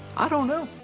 i don't know.